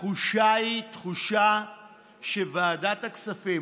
התחושה היא תחושה שוועדת הכספים,